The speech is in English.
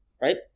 right